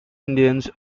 indians